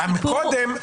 מקודם,